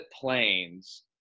planes